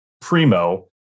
Primo